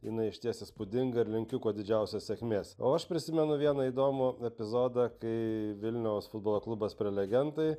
jinai išties įspūdinga ir linkiu kuo didžiausios sėkmės o aš prisimenu vieną įdomų epizodą kai vilniaus futbolo klubas prelegentai